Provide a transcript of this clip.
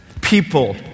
people